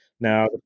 Now